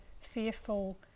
fearful